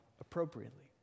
appropriately